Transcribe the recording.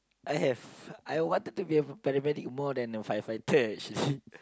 I have I wanted to be a paramedic more than a firefighter actually